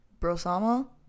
Brosama